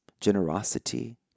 generosity